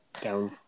down